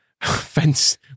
fence